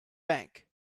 bank